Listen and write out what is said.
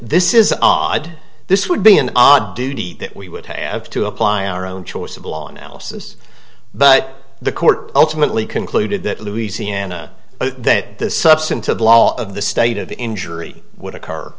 this is odd this would be an odd duty that we would have to apply our own choice of law analysis but the court ultimately concluded that louisiana that the substantive law of the state of injury would occur